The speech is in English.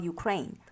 Ukraine